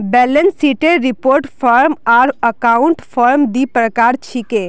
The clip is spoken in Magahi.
बैलेंस शीटेर रिपोर्ट फॉर्म आर अकाउंट फॉर्म दी प्रकार छिके